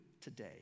today